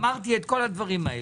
אמרתי את כל הדברים האלה.